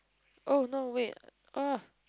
oh no wait